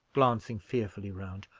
glancing fearfully round,